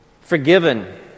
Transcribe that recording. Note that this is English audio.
forgiven